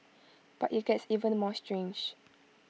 but IT gets even more strange